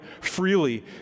freely